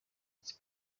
visi